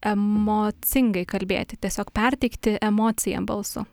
emocingai kalbėti tiesiog perteikti emociją balsu